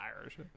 Irish